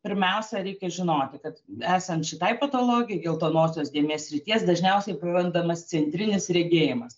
pirmiausia reikia žinoti kad esant šitai patologijai geltonosios dėmės srities dažniausiai prarandamas centrinis regėjimas